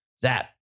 zap